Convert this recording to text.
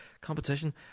Competition